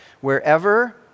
Wherever